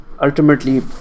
ultimately